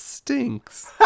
stinks